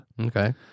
Okay